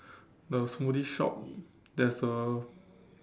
the smoothie shop there's a